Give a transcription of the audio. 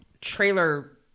trailer